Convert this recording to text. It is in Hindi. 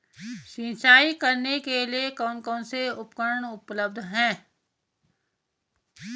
सिंचाई करने के लिए कौन कौन से उपकरण उपलब्ध हैं?